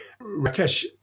Rakesh